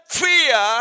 fear